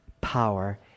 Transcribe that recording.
power